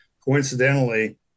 Coincidentally